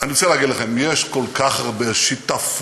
אני רוצה להגיד לכם, יש כל כך הרבה, שיטפון